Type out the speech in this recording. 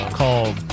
called